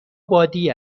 بادی